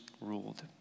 ruled